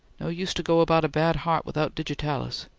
no use to go about a bad heart without digitalis.